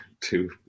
two